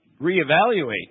reevaluate